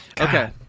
Okay